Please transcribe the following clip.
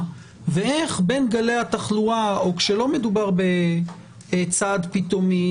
ואיך בין גלי התחלואה או כשלא מדובר בצעד פתאומי,